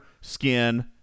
skin